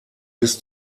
bis